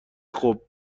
خوب